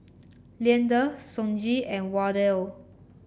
Leander Sonji and Wardell